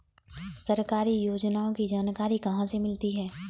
सरकारी योजनाओं की जानकारी कहाँ से मिलती है?